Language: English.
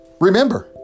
remember